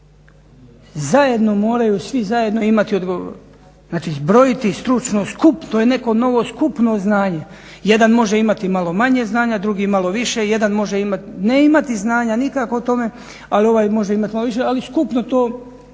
Zajedno moraju, svi zajedno imati, znači zbrojiti stručno skup, to je neko novo skupno znanje. Jedan može imati malo manje znanja, drugi malo više, jedan ne imati znanja nikako o tome, ali ovaj može imati malo više, ali skupno to